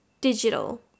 digital